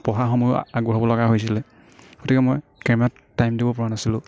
পঢ়া সময় আগবঢ়াব লগা হৈছিলে গতিকে মই কেমেৰাত টাইম দিব পৰা নাছিলোঁ